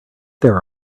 there